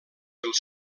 els